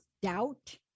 doubt